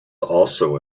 also